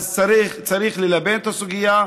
אז צריך ללבן את הסוגיה,